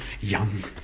young